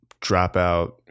Dropout